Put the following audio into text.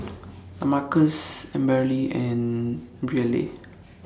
Lamarcus Amberly and Brielle